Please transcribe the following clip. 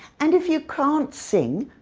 and if you can't sing,